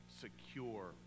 secure